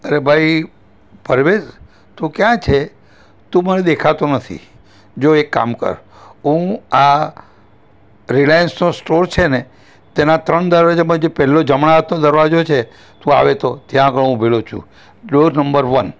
અરે ભાઈ પરવેઝ તું ક્યાં છે તું મને દેખાતો નથી જો એક કામ કર હું આ રિલાયન્સનો સ્ટોર છે ને તેના ત્રણ દરવાજામાં પહેલો જમણા હાથનો દરવાજો છે તું આવે તો હું ત્યાં આગળ ઉભેલો છું ફ્લોર નંબર વન